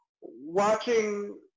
watching –